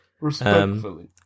respectfully